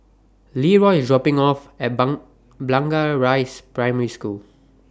Leroy IS dropping Me off At Blangah Rise Primary School